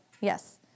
Yes